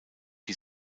die